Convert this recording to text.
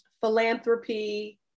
philanthropy